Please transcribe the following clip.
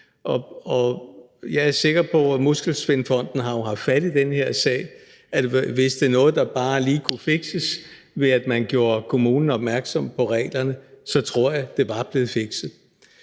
ude i virkeligheden. Muskelsvindfonden har jo haft fat i den her sag, og hvis det var noget, der bare lige kunne fikses, ved at man gjorde kommunen opmærksom på reglerne, så tror jeg, det var blevet fikset.